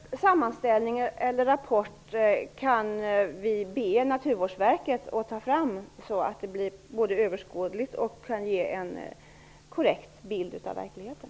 Herr talman! En sådan sammanställning eller rapport kan vi be Naturvårdsverket att ta fram, så att det kan bli både överskådligt och ge en korrekt bild av verkligheten.